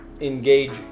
engage